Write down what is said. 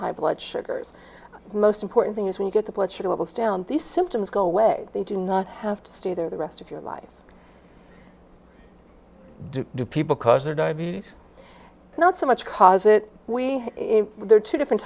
high blood sugars most important thing is when you get the blood sugar levels down these symptoms go away they do not have to stay there the rest of your life do people cause their diabetes not so much because it we are two different